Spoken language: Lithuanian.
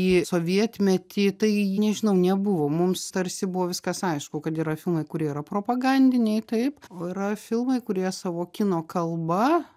į sovietmetį tai nežinau nebuvo mums tarsi buvo viskas aišku kad yra filmai kurie yra propagandiniai taip o yra filmai kurie savo kino kalba